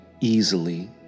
easily